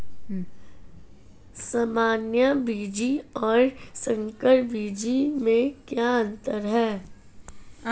सामान्य बीजों और संकर बीजों में क्या अंतर है?